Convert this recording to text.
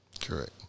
Correct